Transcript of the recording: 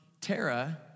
Tara